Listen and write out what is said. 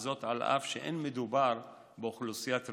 וזאת אף שלא מדובר באוכלוסיית רווחה.